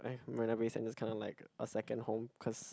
Marina-Bay-Sands is kinda like a second home cause